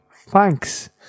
thanks